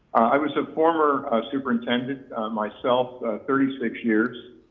i was a former superintendent myself, thirty six years,